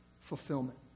fulfillment